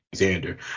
Alexander